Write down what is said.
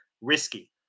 risky